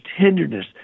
tenderness